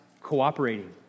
cooperating